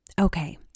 Okay